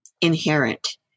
inherent